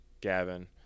Gavin